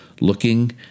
looking